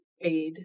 aid